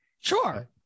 Sure